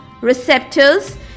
receptors